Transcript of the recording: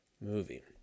movie